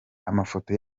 amafoto